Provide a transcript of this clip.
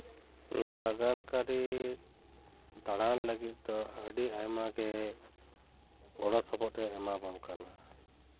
ᱞᱟᱜᱟᱱ ᱠᱟᱹᱨᱤ ᱫᱟᱬᱟᱱ ᱞᱟᱹᱜᱤᱫ ᱫᱚ ᱟᱹᱰᱤ ᱟᱭᱢᱟ ᱜᱮ ᱜᱚᱲᱚᱥᱚᱯᱚᱦᱚᱫ ᱮ ᱮᱢᱟ ᱵᱚᱱ ᱠᱟᱱᱟ